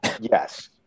yes